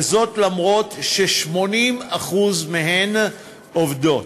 וזאת אף ש-80% מהן עובדות.